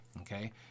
okay